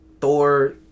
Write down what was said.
thor